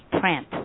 print